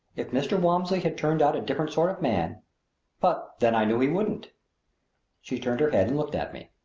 if mr. walmsley had turned out a different sort of man but, then, i knew he wouldn't she turned her head and looked at me.